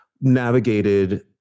navigated